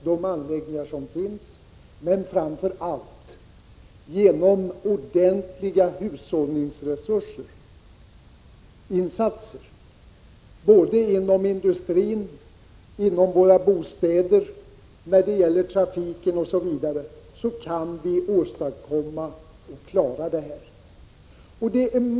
Men framför allt kan en avveckling åstadkommas genom ordentliga hushållningsinsatser, inom industrin, i bostäderna, i trafiken osv.